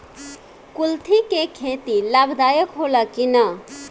कुलथी के खेती लाभदायक होला कि न?